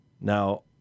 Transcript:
now